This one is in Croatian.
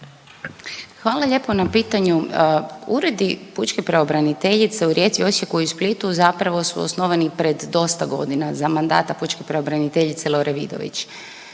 Hvala lijepo na pitanju. Uredi pučke pravobraniteljice u Rijeci, Osijeku i Splitu zapravo su osnovani pred dosta godina, za mandata pučke pravobraniteljice Lore Vidović.